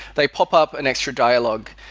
they pop up an extra dialogue.